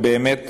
באמת,